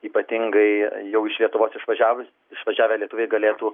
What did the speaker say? ypatingai jau iš lietuvos išvažiavus išvažiavę lietuviai galėtų